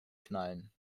knallen